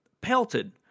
pelted